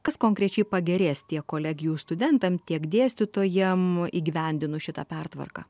kas konkrečiai pagerės tiek kolegijų studentam tiek dėstytojam įgyvendinus šitą pertvarką